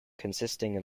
consisting